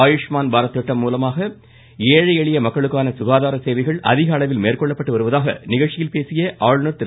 ஆயுஷ்மான் பாரத் திட்டம் மூலமாக ஏழை எளிய மக்களுக்கான சுகாதார சேவைகள் அதிக அளவில் மேற்கொள்ளப்பட்டு வருவதாக நிகழ்ச்சியில் பேசிய ஆளுநர் திரு